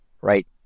right